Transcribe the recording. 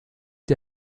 die